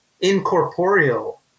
incorporeal